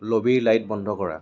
লবীৰ light বন্ধ কৰা